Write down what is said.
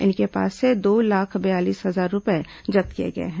इनके पास से दो लाख बयालीस हजार रूपये जब्त किए गए हैं